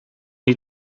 die